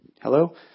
Hello